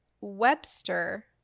Webster